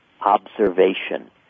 observation